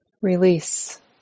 release